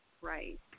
right